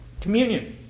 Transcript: Communion